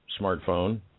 smartphone